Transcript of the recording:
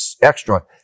extra